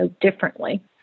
differently